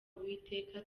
uwiteka